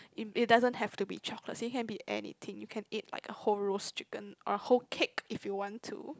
it it doesn't have to be chocolate it can be anything you can eat like a whole roast chicken or whole cake if you want to